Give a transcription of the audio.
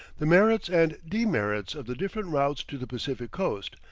the merits and demerits of the different routes to the pacific coast,